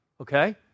Okay